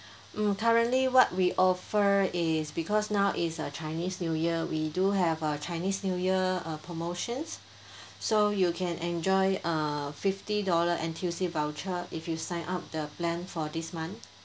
hmm currently what we offer is because now is uh chinese new year we do have a chinese new year uh promotions so you can enjoy uh fifty dollar voucher if you sign up the plan for this month